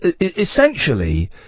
essentially